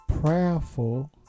Prayerful